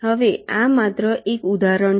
હવે આ માત્ર એક ઉદાહરણ છે